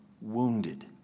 wounded